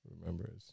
remembers